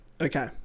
Okay